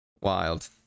Wild